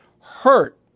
hurt